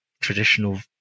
traditional